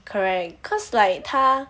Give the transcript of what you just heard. correct cause like 他